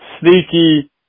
sneaky